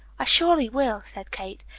i surely will, said kate.